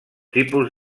tipus